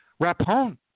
rapone